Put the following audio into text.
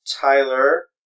Tyler